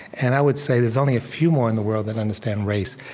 and i would say, there's only a few more in the world that understand race,